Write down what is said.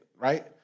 right